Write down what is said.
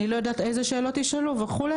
אני לא יודעת איזה שאלות ישאלו' וכו'.